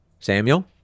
Samuel